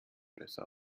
besser